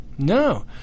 No